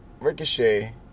ricochet